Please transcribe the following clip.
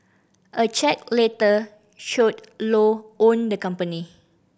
a check later showed Low owned the company